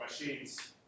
machines